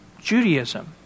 Judaism